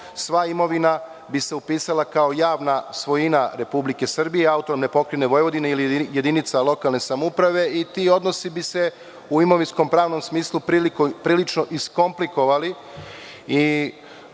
Sva imovina bi se upisala kao javna svojina Republike Srbije, AP Vojvodine, ili jedinica lokalne samouprave i ti odnosi bi se u imovinsko-pravnom smislu prilično iskomplikovali.